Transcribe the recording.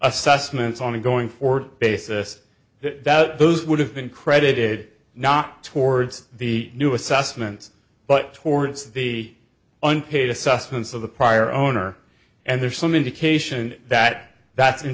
assessments only going forward basis that those would have been credited not towards the new assessments but towards the unpaid assessments of the prior owner and there's some indication that that's in